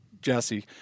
Jesse